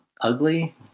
ugly